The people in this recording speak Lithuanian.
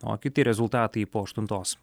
o kiti rezultatai po aštuntos